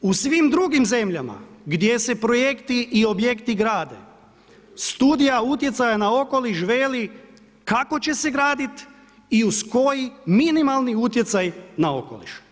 U svim drugim zemljama gdje se projekti i objekti grade Studija utjecaja na okoliš veli kako će se gradit i uz koji minimalni utjecaj na okoliš.